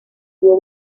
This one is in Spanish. dúo